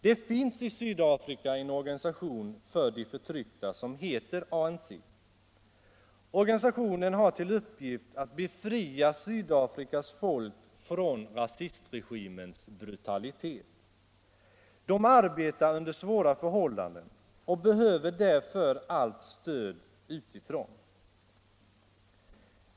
Det finns i Sydafrika en organisation för de förtryckta som heter ANC och som har till uppgift att befria Sydafrikas folk från rasistregimens brutalitet. Organisationen arbetar under svåra förhållanden och behöver därför allt stöd utifrån.